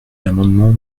l’amendement